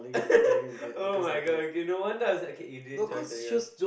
[oh]-my-god okay no wonder I was like okay Idris joined Telegram